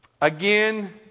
again